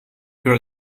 her